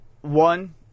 One